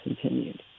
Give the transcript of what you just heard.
continued